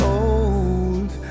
old